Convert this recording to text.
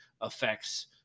affects